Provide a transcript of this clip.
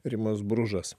rimas bružas